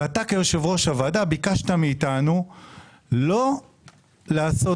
ואתה כיושב-ראש הוועדה ביקשת מאיתנו לא לעשות